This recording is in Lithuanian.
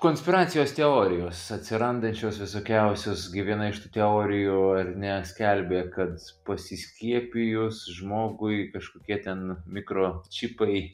konspiracijos teorijos atsirandančios visokiausios gi viena iš tų teorijų ar ne skelbė kad pasiskiepijus žmogui kažkokie ten mikročipai